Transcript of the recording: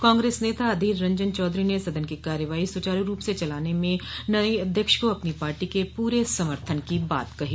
कांग्रेस नेता अधीर रंजन चौधरी ने सदन की कार्यवाही सुचारू रूप से चलाने म नए अध्यक्ष को अपनी पार्टी के पूरे समर्थन की बात कही